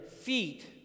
feet